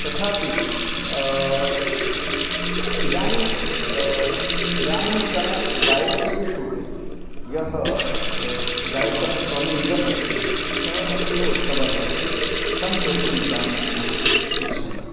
तथापि इदानीम् इदानीन्तनगायकेषु यः गायकः सोनुनिगम अस्ति खलु सः अतीव उत्तमः अस्ति तं श्रोतुमिदानीमहम् इच्छामि